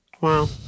Wow